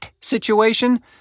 situation